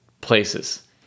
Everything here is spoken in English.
places